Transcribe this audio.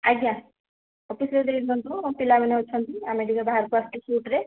ଆଜ୍ଞା ଅଫିସ୍ରେ ଦେଇ ଦିଅନ୍ତୁ ପିଲାମାନେ ଅଛନ୍ତି ଆମେ ଟିକେ ବାହାରକୁ ଆସିଛୁ ସୁଟ୍ରେ